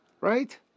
right